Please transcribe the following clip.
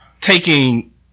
taking